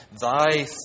Thy